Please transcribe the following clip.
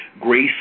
Grace